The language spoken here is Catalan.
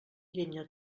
llenya